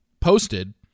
posted